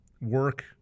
work